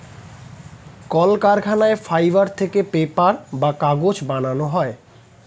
কলকারখানায় ফাইবার থেকে পেপার বা কাগজ বানানো হয়